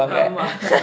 ஆமா:aamaa